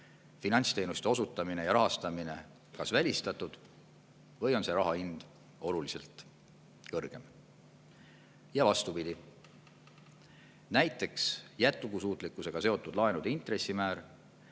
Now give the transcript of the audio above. finantsteenuste osutamine ja rahastamine kas välistatud või on see raha hind oluliselt kõrgem. Ja vastupidi. Näiteks võib jätkusuutlikkusega seotud laenude intressimäär